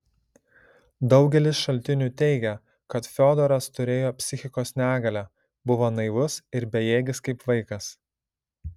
daugelis šaltinių teigia kad fiodoras turėjo psichikos negalę buvo naivus ir bejėgis kaip vaikas